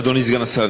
אדוני סגן השר,